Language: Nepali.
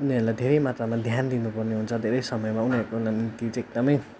उनीहरूलाई धेरै मात्रामा ध्यान दिनुपर्ने हुन्छ धेरै समयमा उनीहरूको दिल चाहिँ एकदमै